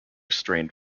strained